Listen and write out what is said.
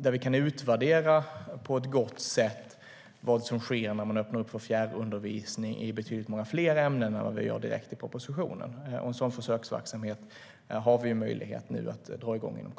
där vi kan utvärdera på ett gott sätt vad som sker när man öppnar för fjärrundervisning i betydligt fler ämnen än vad vi gör direkt i propositionen. En sådan försöksverksamhet har vi nu möjlighet att inom kort dra igång.